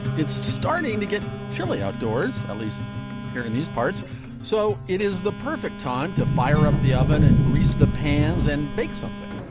it's starting to get chilly outdoors, at least here in these parts so it is the perfect time to fire up the oven and grease the pans and bake something.